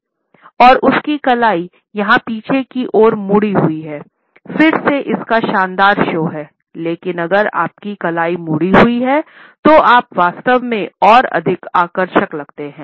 और उसकी कलाई यहाँ पीछे की ओर मुड़ी हुई है फिर से इसका शानदार शो है लेकिन अगर आपकी कलाई मुड़ी हुई है तो आप वास्तव में और अधिक आकर्षक लगते हैं